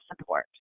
support